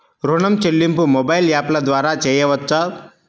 ఋణం చెల్లింపు మొబైల్ యాప్ల ద్వార చేయవచ్చా?